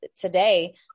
today